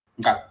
Okay